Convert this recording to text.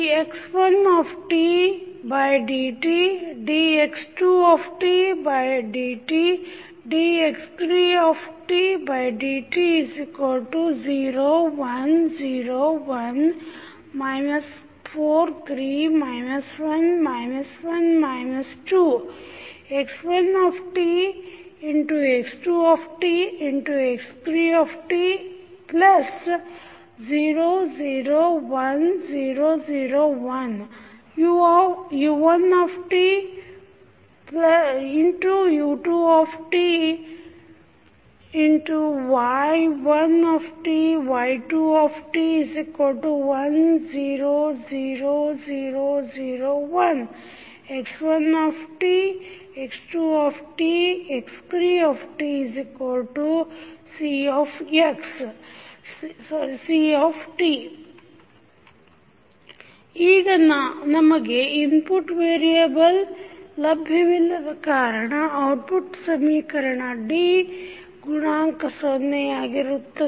dx1dt dx2dt dx3dt 0 1 0 0 4 3 1 1 2 x1 x2 x3 0 0 1 0 0 1 u1 u2 y1 y2 1 0 0 0 0 1 x1 x2 x3 Cxt ಈಗ ನಮಗೆ input variable ಲಭ್ಯವಿಲ್ಲದ ಕಾರಣ output ಸಮೀಕರಣ D ಗುಣಾಂಕ ಸೊನ್ನೆಯಾಗಿರುತ್ತದೆ